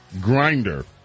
Grinder